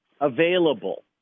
available